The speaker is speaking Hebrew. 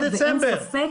עד דצמבר.